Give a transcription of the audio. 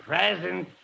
Present